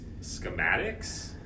schematics